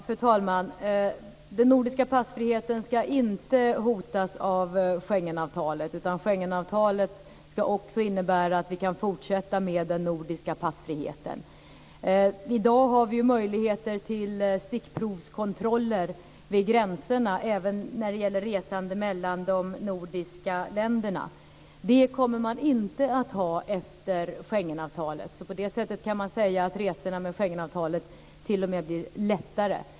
Fru talman! Den nordiska passfriheten ska inte hotas av Schengenavtalet. Schengenavtalet ska också innebära att vi kan fortsätta med den nordiska passfriheten. I dag har vi ju möjligheter till stickprovskontroller vid gränserna, även när det gäller resande mellan de nordiska länderna. Det kommer man inte att ha efter Schengenavtalet, så på det sättet kan man säga att resorna i och med Schengenavtalet t.o.m. blir lättare.